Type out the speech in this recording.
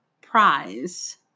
Prize